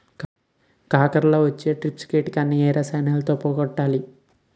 కాకరలో వచ్చే ట్రిప్స్ కిటకని ఏ రసాయనంతో పోగొట్టాలి?